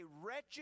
wretched